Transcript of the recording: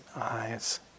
eyes